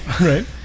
Right